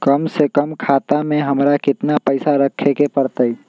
कम से कम खाता में हमरा कितना पैसा रखे के परतई?